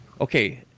okay